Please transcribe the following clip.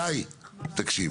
שי, תקשיב.